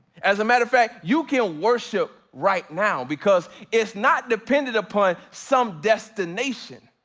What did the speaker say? as a matter of fact, you can worship right now because it's not dependent upon some destination,